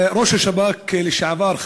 ראש השב"כ לשעבר,